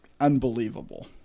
unbelievable